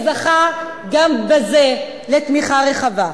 וזכה גם בזה לתמיכה רחבה.